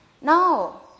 No